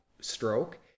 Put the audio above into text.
stroke